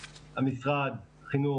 חינוך,